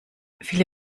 viele